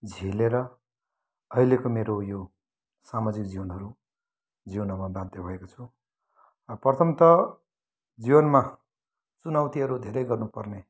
झेलेर अहिलेको मेरो यो सामाजिक जीवनहरू जिउनमा बाध्य भएको छु प्रथम त जीवनमा चुनौतीहरू धेरै गर्नु पर्ने